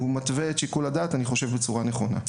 ואני חושב שהוא מתווה את שיקול הדעת בצורה נכונה.